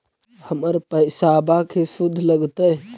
हमर पैसाबा के शुद्ध लगतै?